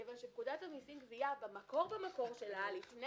כיוון שפקודת המסים (גבייה) במקור שלה לפני